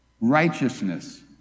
righteousness